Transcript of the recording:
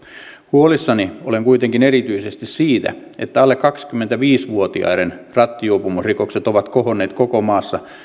huolissani olen kuitenkin erityisesti siitä että alle kaksikymmentäviisi vuotiaiden rattijuopumusrikokset ovat kohonneet koko maassa